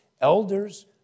elders